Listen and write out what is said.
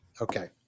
Okay